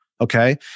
Okay